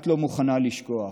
את לא מוכנה לשכוח,